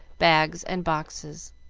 bags, and boxes.